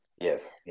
Yes